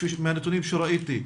מהנתונים שראיתי,